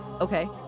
okay